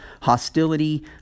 hostility